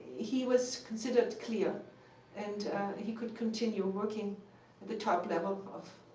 he was considered clear and he could continue working at the top level of